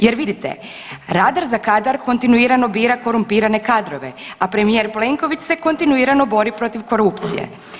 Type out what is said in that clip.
Jer vidite, rada za kadar kontinuirano bira korumpirane kadrove a premijer Plenković se kontinuirano bori protiv korupcije.